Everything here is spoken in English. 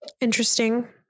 interesting